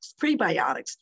prebiotics